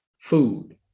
food